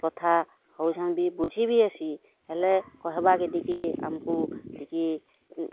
କଥା ହେଉଛନ୍ ବି ବୁଝିବି ହେସି ହେଲେ କହେବାକେ ଟିକେ ଆମ୍କୁ ଟିକେ